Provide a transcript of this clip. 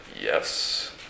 Yes